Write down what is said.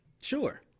sure